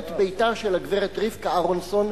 סוכנת ביתה של הגברת רבקה אהרונסון,